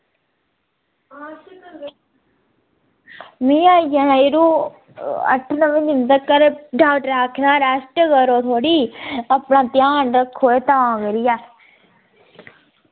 में आई जाना यरो अट्ठ नमें दिन तकर डाक्टरै आक्खे दा रैस्ट करो थोह्ड़ी अपना ध्यान रक्खो ते तां करियै